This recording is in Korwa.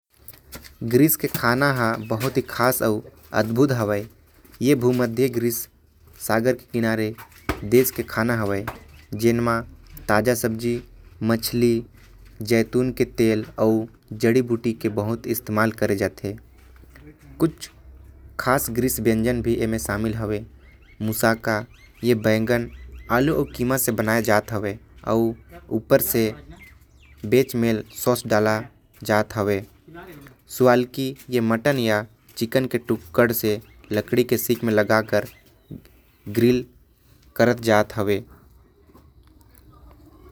ग्रीस के कहना बहुते खास अउ अद्भुत हवे। जेमा खाना म मछली जैतून के तेल अउ। जड़ीबूटी के बहुते इस्तेमाल करे जाथे। कुछ खास ग्रीस व्यंजन हवे मुसाका जेके बैंगन अउ। आलू के कीमा से बनाये जाथे अउ कबाब भी प्रमुख खाना हवे।